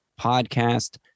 podcast